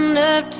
the